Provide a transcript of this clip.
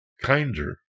kinder